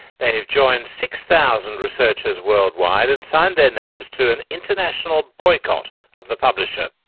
they've joined six thousand researchers worldwide and signed their names to an international boycott of the publisher.